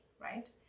right